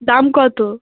দাম কতো